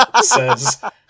says